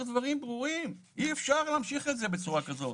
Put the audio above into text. דברים ברורים: אי אפשר להמשיך את זה בצורה כזאת.